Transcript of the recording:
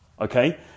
okay